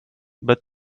but